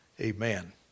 Amen